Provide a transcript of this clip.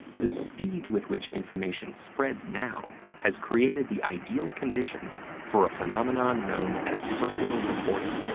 the speed with which information spreads now has created the ideal conditions for a phenomenon known as circular reporting.